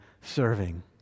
serving